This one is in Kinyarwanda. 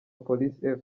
police